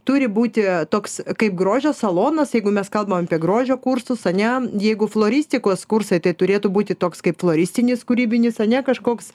turi būti toks kaip grožio salonas jeigu mes kalbam apie grožio kursus ane jeigu floristikos kursai tai turėtų būti toks kaip floristinis kūrybinis ane kažkoks